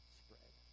spread